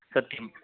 सत्यं